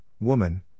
Woman